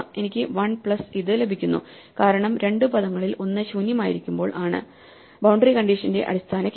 എനിക്ക് one plus ഇത് ലഭിക്കുന്നു കാരണം രണ്ട് പദങ്ങളിൽ ഒന്ന് ശൂന്യമായിരിക്കുമ്പോൾ ആണ് ബൌണ്ടറി കണ്ടീഷന്റെ അടിസ്ഥാന കേസ്